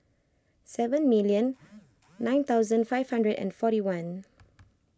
seven million nine thousand five hundred and forty one